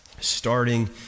starting